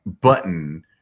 button